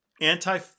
anti